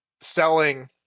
selling